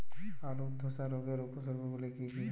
আলুর ধসা রোগের উপসর্গগুলি কি কি?